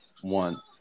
One